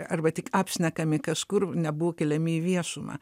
arba tik apšnekami kažkur nebuvo keliami į viešumą